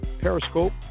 Periscope